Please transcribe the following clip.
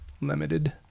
limited